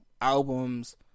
albums